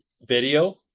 video